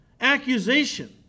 accusation